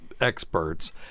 experts